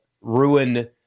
ruin